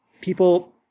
people